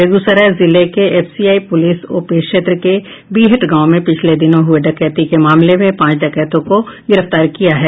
बेगूसराय जिले के FCI police OP क्षेत्र के बीहट गांव में पिछले दिनों हुये डकैती के मामले में पांच डकैतों को गिरफ्तार किया गया है